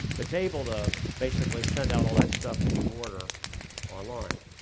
it's able to basically send out all that stuff that you order online.